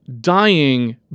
dying